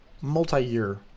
multi-year